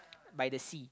by the sea